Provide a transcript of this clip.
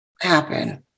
happen